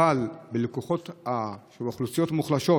אבל אצל הלקוחות של אוכלוסיות מוחלשות,